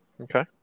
Okay